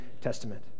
Testament